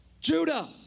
Judah